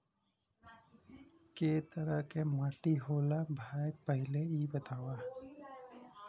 कै तरह के माटी होला भाय पहिले इ बतावा?